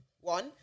one